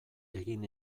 egin